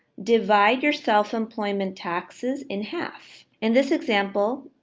divide your self employment taxes in half. in this example,